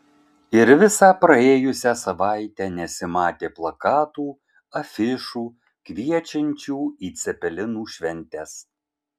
ir visą praėjusią savaitę nesimatė plakatų afišų kviečiančių į cepelinų šventes